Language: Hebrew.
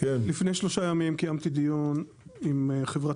לפני שלושה ימים קיימתי דיון עם חברת